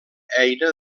eina